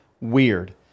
weird